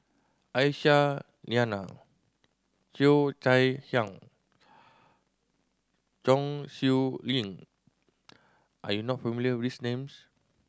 Aisyah Lyana Cheo Chai Hiang Chong Siew Ying are you not familiar with these names